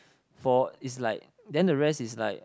for is like then the rest is like